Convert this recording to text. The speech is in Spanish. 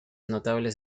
notables